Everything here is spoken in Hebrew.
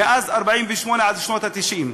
מאז 1948 ועד שנות ה-90.